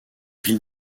ville